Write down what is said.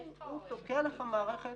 והוא תוקע לך מערכת.